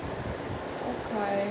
okay